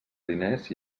diners